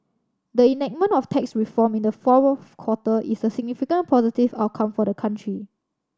the enactment of tax reform in the fourth quarter is a significant positive outcome for the country